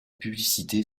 publicité